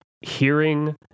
hearing